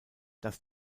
das